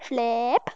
flap